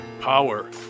power